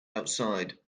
outside